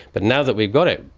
but now that we've got it,